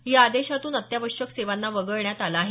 या आदेशातून अत्यावश्यक सेवांना वगळण्यात आलं आहे